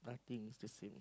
nothing it's the same